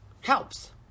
helps